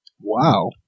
Wow